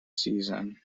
season